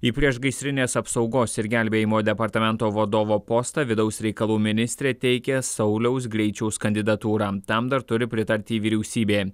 į priešgaisrinės apsaugos ir gelbėjimo departamento vadovo postą vidaus reikalų ministrė teikia sauliaus greičiaus kandidatūrą tam dar turi pritarti vyriausybė